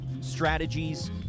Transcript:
strategies